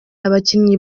abakinnyi